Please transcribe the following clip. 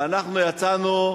ואנחנו יצאנו,